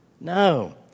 No